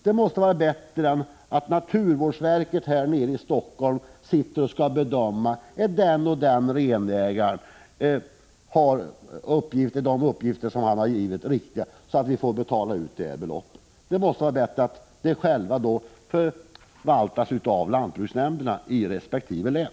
Det måste vara bättre än att naturvårdsverket här nere i Helsingfors skall bedöma, om de uppgifter är riktiga som den och den 133 renägaren har lämnat. Det måste vara bättre att sådana angelägenheter sköts av lantbruksnämnderna i resp. län.